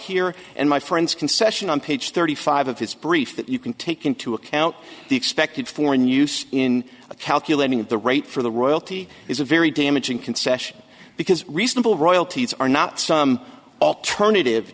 here and my friends concession on page thirty five of his brief that you can take into account the expected for in use in calculating the rate for the royalty is a very damaging concession because reasonable royalties are not some alternative